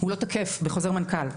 תקף בחוזר מנכ"ל.